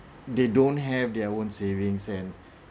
they don't have their own savings and